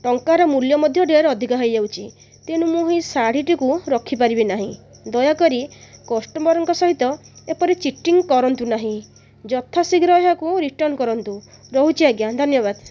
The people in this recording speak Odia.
ଟଙ୍କାର ମୂଲ୍ୟ ମଧ୍ୟ ଢ଼େର ଅଧିକା ହୋଇଯାଉଛି ତେଣୁ ମୁଁ ଏହି ଶାଢ଼ୀ ଟିକୁ ରଖିପାରିବି ନାହିଁ ଦୟାକରି କଷ୍ଟମରଙ୍କ ସହିତ ଏପରି ଚିଟିଂ କରନ୍ତୁ ନାହିଁ ଯଥାଶୀଘ୍ର ଏହାକୁ ରିଟର୍ନ କରନ୍ତୁ ରହୁଛି ଆଜ୍ଞା ଧନ୍ୟବାଦ